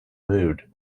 mood